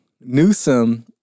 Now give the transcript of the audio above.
Newsom